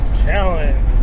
Challenge